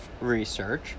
research